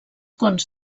cons